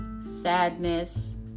sadness